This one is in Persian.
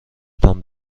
تان